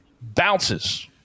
bounces